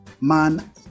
man